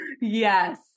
Yes